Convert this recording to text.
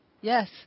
yes